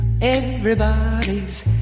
Everybody's